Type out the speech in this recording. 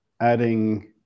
adding